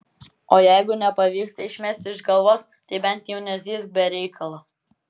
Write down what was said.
o jeigu nepavyksta išmesti iš galvos tai bent jau nezyzk be reikalo